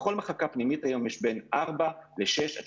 בכל מחלקה פנימית היום יש בין ארבע לשש עד